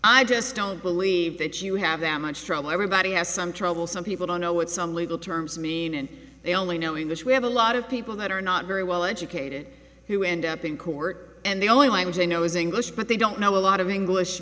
i just don't believe that you have that much trouble everybody has some trouble some people don't know what some legal terms mean and they only know english we have a lot of people that are not very well educated who end up in court and the only language they know is english but they don't know a lot of english